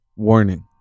Warning